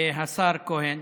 השר כהן,